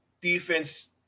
defense